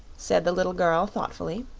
said the little girl, thoughtfully.